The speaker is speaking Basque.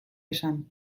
esan